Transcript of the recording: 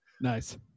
Nice